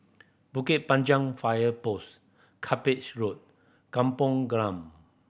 Bukit Panjang Fire Post Cuppage Road Kampung Glam